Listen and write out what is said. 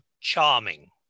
charming